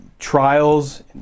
trials